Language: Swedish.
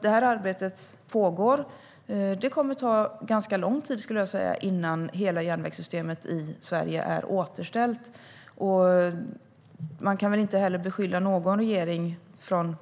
Detta arbete pågår, men det kommer att ta ganska lång tid innan hela järnvägssystemet i Sverige är återställt. Man kan knappast beskylla någon regering på senare